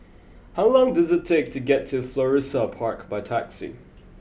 how long does it take to get to Florissa Park by taxi